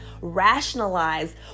rationalize